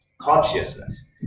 consciousness